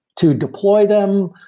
to deploy them,